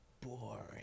boring